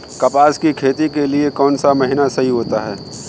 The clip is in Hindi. कपास की खेती के लिए कौन सा महीना सही होता है?